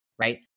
right